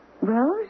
Rose